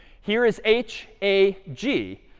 here is h a g.